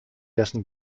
dessen